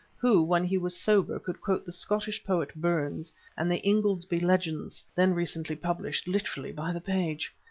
who, when he was sober, could quote the scottish poet burns and the ingoldsby legends, then recently published, literally by the page.